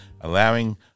allowing